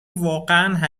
واقعا